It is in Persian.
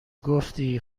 گفتی